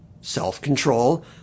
Self-control